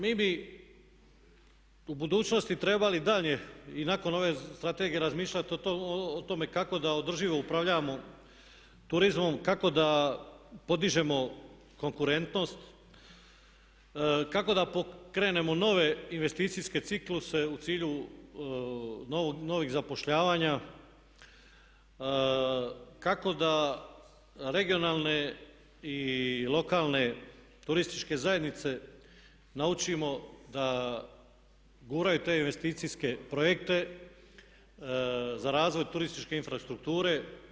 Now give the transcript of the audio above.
Mi bi u budućnosti trebali dalje i nakon ove Strategije razmišljati o tome kako da održivo upravljamo turizmom, kako da podižemo konkurentnosti, kako da pokrenemo nove investicijske cikluse u cilju novih zapošljavanja, kako da regionalne i lokalne turističke zajednice naučimo da guraju te investicijske projekte za razvoj turističke infrastrukture.